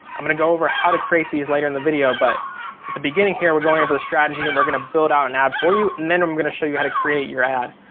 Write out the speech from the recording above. i'm gonna go over how to create these later in the video, but at the beginning here we're going over the strategy and we're gonna build out an ad for you. and then i'm gonna show you how to create your ad.